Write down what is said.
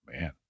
man